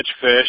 fish